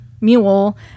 mule